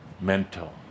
mental